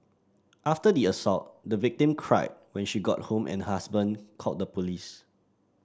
after the assault the victim cried when she got home and her husband called the police